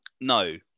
No